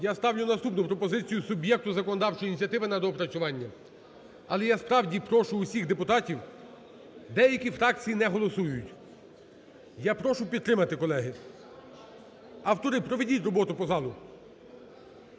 Я ставлю наступну пропозицію суб'єкту законодавчої ініціативи на доопрацювання. Але я справді прошу всіх депутатів, деякі фракції не голосують. Я прошу підтримати, колеги. Автори, проведіть роботу по залу.